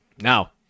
Now